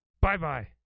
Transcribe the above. Bye-bye